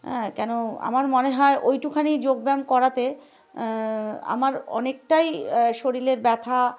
হ্যাঁ কেন আমার মনে হয় ওইটুখানি যোগব্যায়াম করাতে আমার অনেকটাই শরীরের ব্যথা